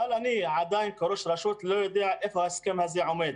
אבל אני כראש רשות עדיין לא יודע איפה ההסכם הזה עומד.